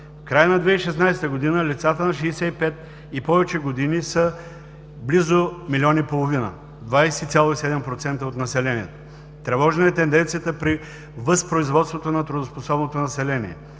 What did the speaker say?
В края на 2016 г. лицата на 65 и повече години са близо милион и половина – 20,7% от населението. Тревожна е тенденцията при възпроизводството на трудоспособното население.